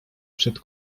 przed